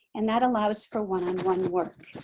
and that allows for one on one work.